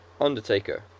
Undertaker